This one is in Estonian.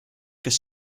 kes